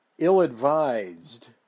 ill-advised